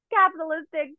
capitalistic